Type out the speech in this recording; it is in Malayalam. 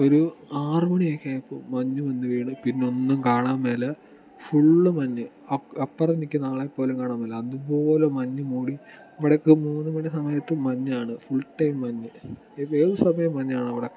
ഒരു ആറുമണിയൊക്കെ ആയപ്പോൾ മഞ്ഞ് വന്ന് വീണ് പിന്നെ ഒന്നും കാണാൻ മേല ഫുൾ മഞ്ഞ് അ അപ്പുറം നിൽ ക്കുന്ന ആളെപോലും കാണാൻ പറ്റില്ല അതുപോലെ മഞ്ഞ് മൂടി അവിടെയൊക്കെ മൂന്ന് മണി സമയത്തും മഞ്ഞാണ് ഫുൾ ടൈം മഞ്ഞ് ഏത് സമയവും മഞ്ഞാണ് അവിടെയൊക്കെ